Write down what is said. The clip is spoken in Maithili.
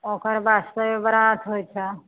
ओकर बाद सबे बरात होइ छै